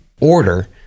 order